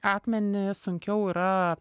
akmenį sunkiau yra